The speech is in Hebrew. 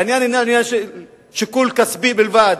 העניין הוא עניין של שיקול כספי בלבד.